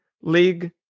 league